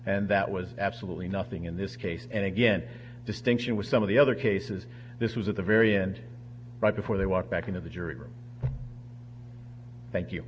and that was absolutely nothing in this case and again distinction with some of the other cases this was at the very end right before they walked back into the jury room thank you